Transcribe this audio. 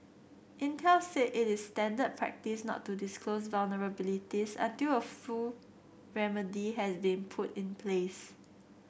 Intel said it is standard practice not to disclose vulnerabilities until a full remedy has been put in place